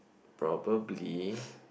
probably